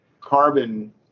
carbon –